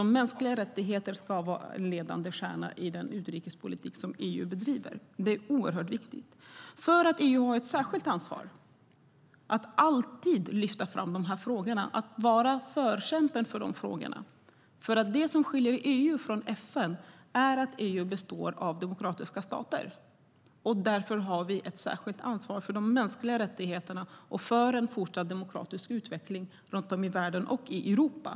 Mänskliga rättigheter ska vara en ledstjärna i den utrikespolitik som EU bedriver. Det är oerhört viktigt. EU har ett särskilt ansvar att alltid lyfta fram de här frågorna och vara en förkämpe för dem. Det som skiljer EU från FN är att EU består av demokratiska stater, och därför har vi ett särskilt ansvar för de mänskliga rättigheterna och för en fortsatt demokratisk utveckling runt om i världen och i Europa.